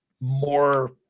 more